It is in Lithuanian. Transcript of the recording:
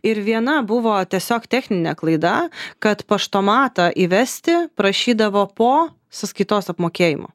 ir viena buvo tiesiog techninė klaida kad paštomatą įvesti prašydavo po sąskaitos apmokėjimo